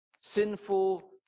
sinful